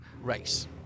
race